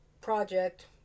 project